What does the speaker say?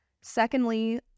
Secondly